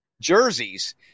jerseys